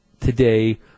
today